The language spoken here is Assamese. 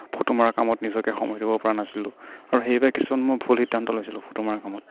ফটো মৰা কামত নিজকে সময় দিব পৰা নাছিলো আৰু সেইবাবে কিছুমান মোৰ ভুল সিদ্ধান্ত লৈছিলোঁ ফটো মৰাৰ সময়ত